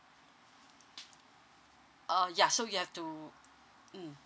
uh ya so you have to mm